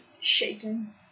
shaken